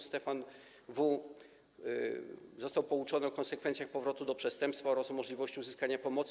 Stefan W. został pouczony o konsekwencjach powrotu do przestępstwa oraz o możliwości uzyskania pomocy.